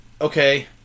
okay